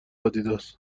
آدیداس